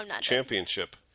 Championship